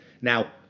Now